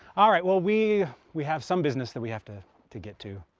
all right, well we we have some business that we have to to get to.